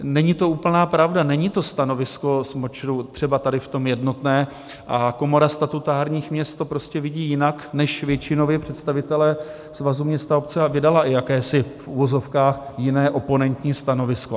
Není to úplná pravda, není to stanovisko SMOČRu tady v tom jednotné, Komora statutárních měst to prostě vidí jinak než většinoví představitelé Svazu měst a obcí a vydala i jakési v uvozovkách jiné oponentní stanovisko.